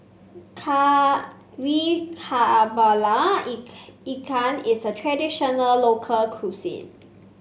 Kari kepala Ikan Ikan is a traditional local cuisine